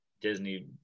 Disney